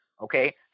Okay